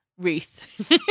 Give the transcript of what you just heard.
Ruth